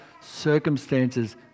circumstances